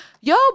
Yo